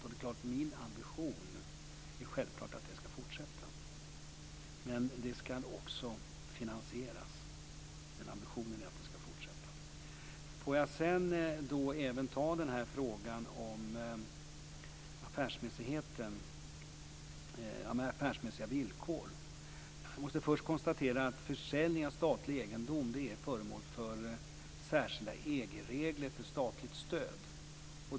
Självklart är det min ambition att det här ska fortsätta men det ska också finansieras. När det gäller frågan om affärsmässiga villkor måste jag först konstatera att försäljning av statlig egendom är föremål för särskilda EG-regler för statligt stöd.